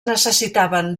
necessitaven